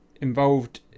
involved